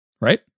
right